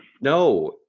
No